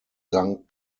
sankt